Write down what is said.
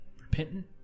repentant